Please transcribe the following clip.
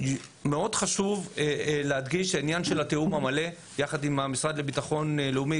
חשוב מאוד להדגיש את עניין התיאום המלא יחד עם המשרד לביטחון לאומי,